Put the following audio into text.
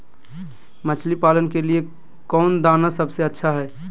मछली पालन के लिए कौन दाना सबसे अच्छा है?